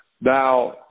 Now